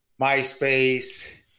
MySpace